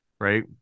right